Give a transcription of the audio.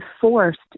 forced